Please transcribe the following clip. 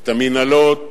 את המינהלות